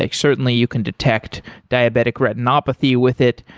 like certainly, you can detect diabetic retinopathy with it,